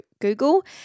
Google